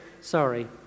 Sorry